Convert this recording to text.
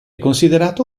considerato